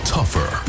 Tougher